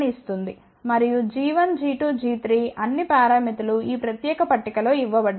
మరియు g1 g2 g3 అన్ని పారామితులు ఈ ప్రత్యేక పట్టిక లో ఇవ్వబడ్డాయి